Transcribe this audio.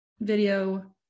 video